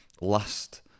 last